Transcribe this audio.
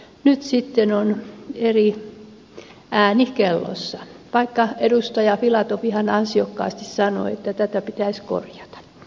nyt sitten on eri ääni kellossa vaikka edustaja filatov ihan ansiokkaasti sanoi että tätä pitäisi korjata